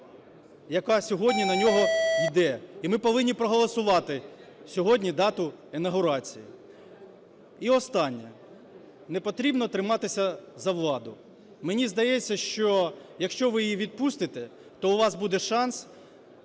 яка сьогодні на нього йде, і ми повинні проголосувати сьогодні дату інавгурації. І останнє. Не потрібно триматися за владу. Мені здається, що якщо ви її відпустите, то у вас буде шанс